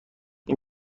این